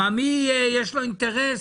למי יש אינטרס